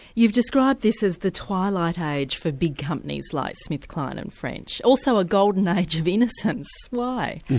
you've described this as the twilight age for big companies like smith, kline and french, also a golden age of innocence why?